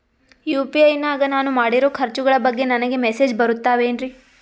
UPI ನಾಗ ನಾನು ಮಾಡಿರೋ ಖರ್ಚುಗಳ ಬಗ್ಗೆ ನನಗೆ ಮೆಸೇಜ್ ಬರುತ್ತಾವೇನ್ರಿ?